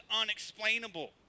unexplainable